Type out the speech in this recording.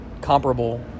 comparable